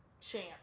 chance